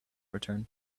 return